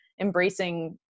embracing